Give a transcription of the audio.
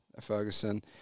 Ferguson